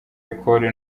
ecole